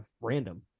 random